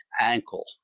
ankle